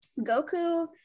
Goku